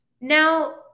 Now